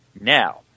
Now